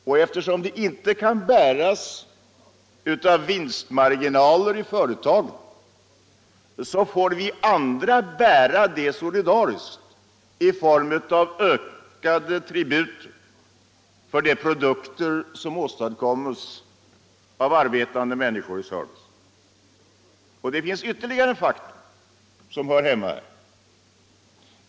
Och eftersom de inte kan bäras av vinstmarginaler i företagen, får vi andra solidariskt bära dem i form av ökade tributer för de produkter som åstadkommes av arbetande människor inom servicenäringarna. Det finns ytterligare en faktor som hör hemma i detta sammanhang.